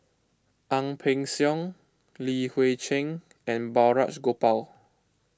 Ang Peng Siong Li Hui Cheng and Balraj Gopal